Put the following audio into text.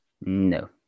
No